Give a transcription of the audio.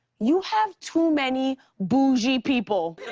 you have too many boujee people.